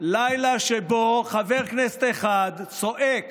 לילה שבו חבר כנסת אחד צועק